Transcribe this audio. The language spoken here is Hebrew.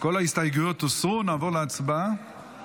כל ההסתייגויות הוסרו, נעבור להצבעה.